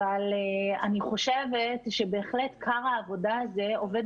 אבל אני חושבת שבהחלט כר העבודה הזה עובד